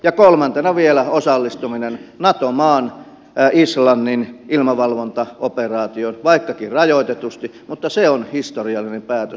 ja kolmantena vielä osallistuminen nato maan islannin ilmavalvontaoperaatioon vaikkakin rajoitetusti mutta se on historiallinen päätös